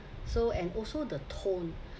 so and also the tone